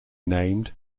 named